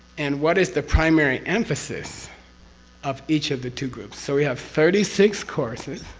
and what is the primary emphasis of each of the two groups? so, we have thirty six courses,